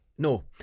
No